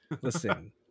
listen